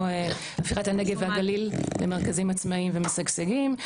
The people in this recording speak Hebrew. הפיכת הנגב והגליל למרכזים עצמאיים ומשגשגים.